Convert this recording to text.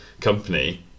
company